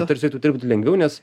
tarsi eitų dirbti lengviau nes